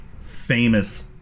famous